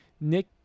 Nick